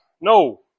No